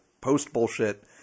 post-bullshit